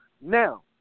now